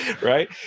Right